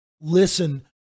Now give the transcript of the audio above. listen